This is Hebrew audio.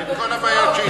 כל הבעיות שהצגת.